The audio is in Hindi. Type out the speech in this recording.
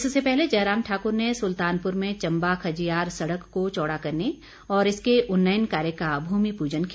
इससे पहले जयराम ठाकुर ने सुल्तानपुर में चम्बा खजियार सड़क को चौड़ा करने और इसके उन्नयन कार्य का भूमि पूजन किया